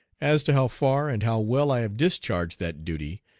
as to how far and how well i have discharged that duty,